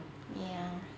ya